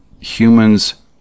humans